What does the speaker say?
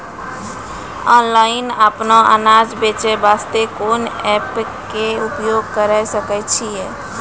Online अपनो अनाज बेचे वास्ते कोंन एप्प के उपयोग करें सकय छियै?